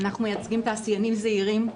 אנחנו מייצגים תעשיינים זעירים,